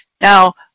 Now